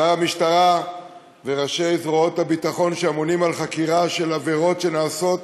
שר המשטרה וראשי זרועות הביטחון שאמונים על חקירה של עבירות שנעשות,